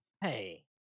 Hey